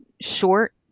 short